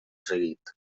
seguit